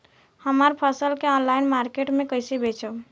हमार फसल के ऑनलाइन मार्केट मे कैसे बेचम?